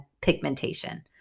pigmentation